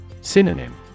Synonym